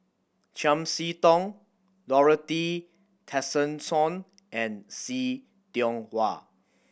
Chiam See Tong Dorothy Tessensohn and See Tiong Wah